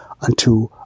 unto